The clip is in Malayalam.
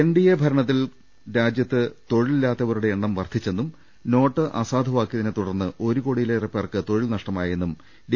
എൻ ഡി എ ഭരണത്തിൽ രാജ്യത്ത് തൊഴിലില്ലാത്തവരുടെ എണ്ണം വർധിച്ചെന്നും നോട്ട് അസാധുവാക്കിയതിനെ തുടർന്ന് ഒരു കോടിയിലേറെ പേർക്ക് തൊഴിൽ നഷ്ടമായെന്നും ഡി